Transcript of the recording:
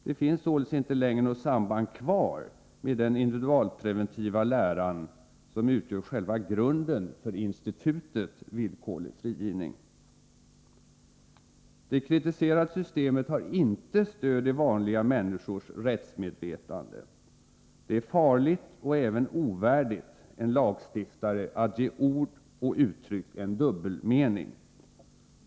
Det finns således inte längre något samband kvar med den individualpreventiva läran, som utgör själva grunden för institutet villkorlig frigivning. Det kritiserade systemet har inte stöd i vanliga människors rättsmedvetande. Det är farligt och även ovärdigt en lagstiftare att ge ord och uttryck en dubbelmening.